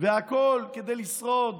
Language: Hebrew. והכול כדי לשרוד